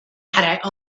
had